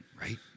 Right